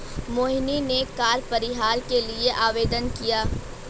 मोहिनी ने कर परिहार के लिए आवेदन किया